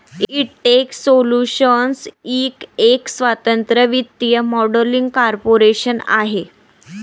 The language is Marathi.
इंटेक्स सोल्यूशन्स इंक एक स्वतंत्र वित्तीय मॉडेलिंग कॉर्पोरेशन आहे